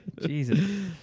Jesus